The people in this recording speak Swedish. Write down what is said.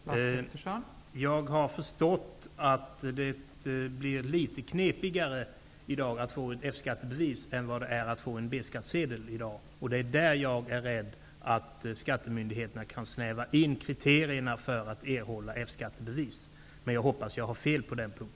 Fru talman! Jag har förstått att det är litet knepigare att få ett F-skattebevis än att få en B skattesedel. Jag är rädd för att skattemyndigheterna kan ''snäva in'' kriterierna för att erhålla F-skattebevis. Men jag hoppas att jag har fel på den punkten.